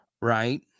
right